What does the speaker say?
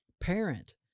parent